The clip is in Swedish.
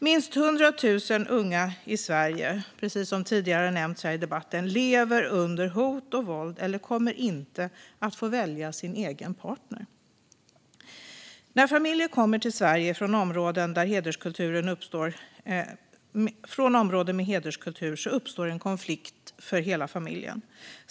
Minst 100 000 unga i Sverige, precis som tidigare nämnts här i debatten, lever under hot och våld eller kommer inte att få välja sin egen partner. När familjer kommer till Sverige från områden med hederskultur uppstår en konflikt för hela familjen.